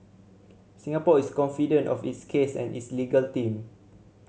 Singapore is confident of its case and its legal team